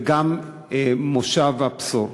זה גם מושב עין-הבשור,